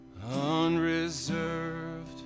unreserved